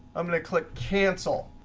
i'm going to click cancel.